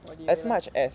what did you realise